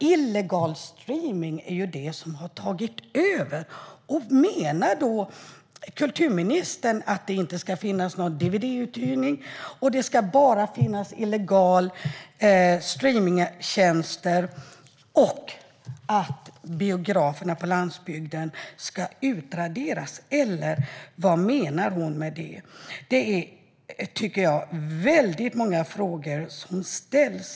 Illegal streaming är det som har tagit över. Menar kulturministern att det inte ska finnas någon dvd-uthyrning, bara illegala streamingtjänster och att biograferna på landsbygden ska utraderas, eller vad menar hon med det? Det är väldigt många frågor som reses.